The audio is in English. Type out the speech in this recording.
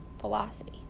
velocity